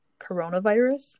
coronavirus